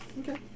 Okay